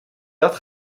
dat